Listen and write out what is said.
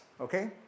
okay